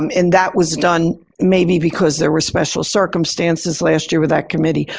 um and that was done maybe because there were special circumstances last year with that committee.